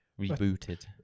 rebooted